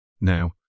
Now